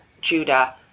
Judah